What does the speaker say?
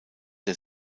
der